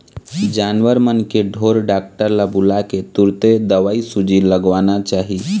जानवर मन के ढोर डॉक्टर ल बुलाके तुरते दवईसूजी लगवाना चाही